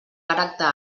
caràcter